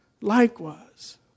likewise